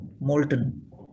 molten